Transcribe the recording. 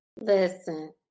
Listen